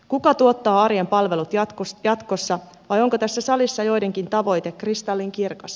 kuka tuottaa arjen palvelut jatkossa vai onko tässä salissa joidenkin tavoite kristallinkirkas